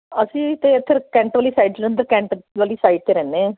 ਅਸੀਂ ਤਾਂ ਇੱਧਰ ਕੈਂਟ ਵਾਲੀ ਸਾਈਡ ਜਲੰਧਰ ਕੈਂਟ ਵਾਲੀ ਸਾਈਡ 'ਤੇ ਰਹਿੰਦੇ ਹਾਂ